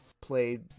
played